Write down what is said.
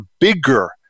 bigger